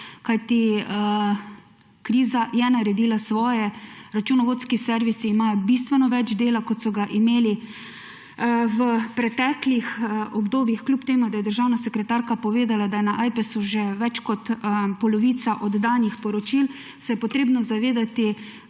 Kriza je naredila svoje. Računovodski servisi imajo bistveno več dela, kot so ga imeli v preteklih obdobjih. Kljub temu da je državna sekretarka povedala, da je na Ajpesu že več kot polovica oddanih poročil, se je treba zavedati,